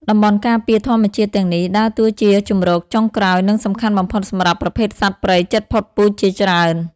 តំបន់ការពារធម្មជាតិទាំងនេះដើរតួជាជម្រកចុងក្រោយ និងសំខាន់បំផុតសម្រាប់ប្រភេទសត្វព្រៃជិតផុតពូជជាច្រើន។